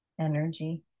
energy